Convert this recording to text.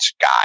guy